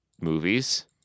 movies